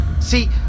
See